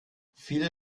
viele